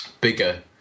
bigger